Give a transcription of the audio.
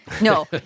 No